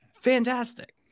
fantastic